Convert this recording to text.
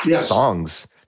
songs